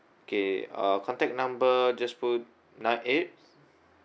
okay uh contact number just put nine eight